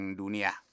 dunia